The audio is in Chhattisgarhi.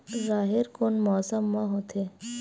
राहेर कोन मौसम मा होथे?